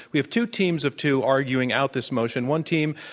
we have two teams of two arguing out this motion. one team,